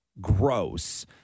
gross